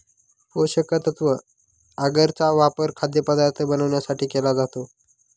पोषकतत्व आगर चा वापर खाद्यपदार्थ बनवण्यासाठी केला जातो